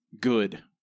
good